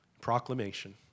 proclamation